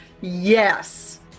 Yes